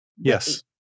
Yes